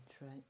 right